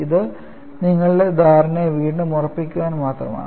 ഇത് നിങ്ങളുടെ ധാരണയെ വീണ്ടും ഉറപ്പിക്കാൻ മാത്രമാണ്